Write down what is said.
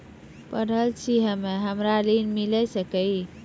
पढल छी हम्मे हमरा ऋण मिल सकई?